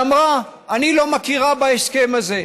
ואמרה: אני לא מכירה בהסכם הזה,